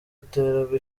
aterwa